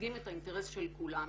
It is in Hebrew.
מייצגים את האינטרס של כולם.